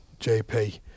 JP